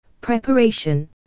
Preparation